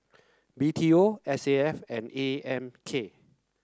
B T O S A F and A M K